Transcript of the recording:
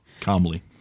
calmly